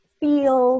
feel